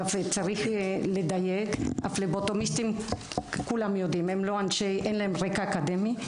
צריך לדייק הפבלוטומיסטים אין להם רקע אקדמי.